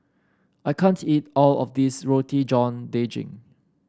I can't eat all of this Roti John Daging